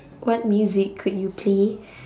what music could you play